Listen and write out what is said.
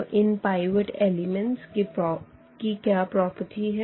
तो इन pivot element की क्या प्रॉपर्टी है